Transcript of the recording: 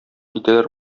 китәләр